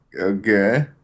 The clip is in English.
okay